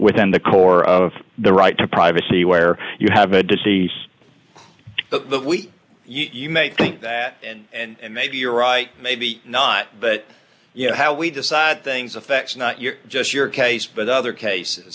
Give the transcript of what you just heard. within the core of the right to privacy where you have a disease the you may think that and maybe you're right maybe not but you know how we decide things affects not your just your case but other cases